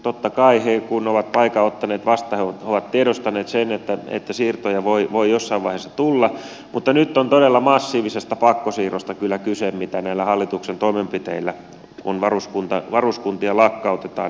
totta kai he kun ovat paikan ottaneet vastaan ovat tiedostaneet sen että siirtoja voi jossain vaiheessa tulla mutta nyt on todella massiivisesta pakkosiirrosta kyllä kyse mitä aiheutuu näillä hallituksen toimenpiteillä kun varuskuntia lakkautetaan